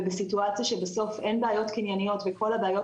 ובסיטואציה שבסוף אין בעיות קנייניות וכל הבעיות